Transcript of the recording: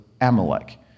Amalek